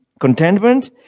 contentment